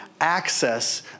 access